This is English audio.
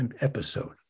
episode